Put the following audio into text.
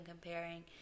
comparing